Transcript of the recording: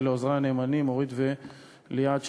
ולעוזרי הנאמנים אורית וליאת,